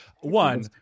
One